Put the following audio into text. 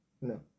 No